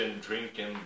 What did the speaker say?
Drinking